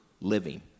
living